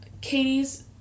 Katie's